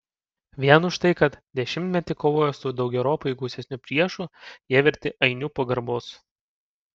vien už tai kad dešimtmetį kovojo su daugeriopai gausesniu priešu jie verti ainių pagarbos